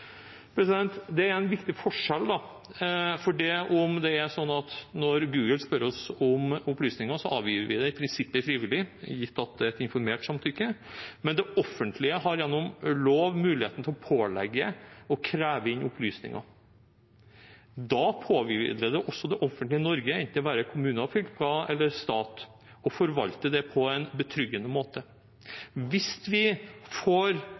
Det er en viktig forskjell, for selv om det er sånn at når Google spør oss om opplysninger, avgir vi dem i prinsippet frivillig. Gitt at det er et informert samtykke, har det offentlige gjennom lov muligheten til å pålegge å kreve inn opplysninger. Da påhviler det også det offentlige Norge, enten det er kommuner, fylker eller stat, å forvalte det på en betryggende måte. Hvis vi får